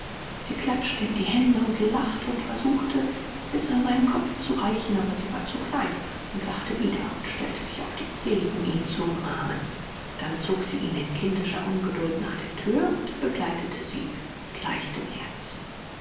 sie klatschte in die hände und lachte und versuchte bis an seinen kopf zu reichen aber sie war zu klein und lachte wieder und stellte sich auf die zehen um ihn zu umarmen dann zog sie ihn in kindischer ungeduld nach der thür und er begleitete sie mit leichtem herzen